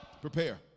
Prepare